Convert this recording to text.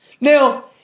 Now